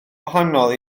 gwahanol